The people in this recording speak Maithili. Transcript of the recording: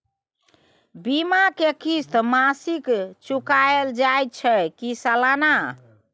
बीमा के किस्त मासिक चुकायल जाए छै की सालाना?